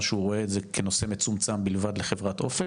או שהוא רואה את זה כנושא מצומצם בלבד לחברת אופק,